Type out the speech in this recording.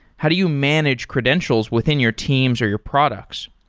how do you manage credentials within your teams or your products?